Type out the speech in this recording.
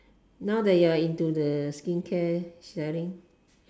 now that you are into the skincare sharing